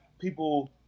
people